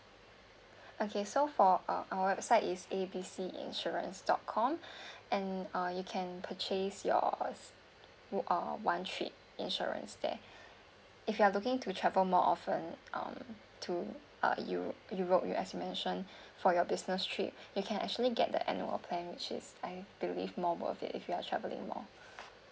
okay so for uh our website is A B C insurance dot com and uh you can purchase your uh one trip insurance there if you are looking to travel more often um to uh eu~ europe you has mentioned for your business trip you can actually get the annual of plan which is I believe more worth it if you are traveling more